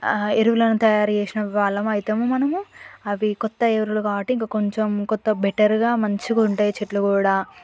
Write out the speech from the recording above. ఎరువులను తయారు చేసిన వాళ్ళము అయితము మనము అవి కొత్త ఎరువులు కాబట్టి ఇంకా కొంచెం కొంత బెటర్గా మంచిగుంటాయి చెట్లు కూడా